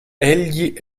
egli